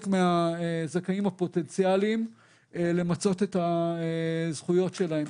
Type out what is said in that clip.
מהזכאים הפוטנציאליים למצות את הזכויות שלהם.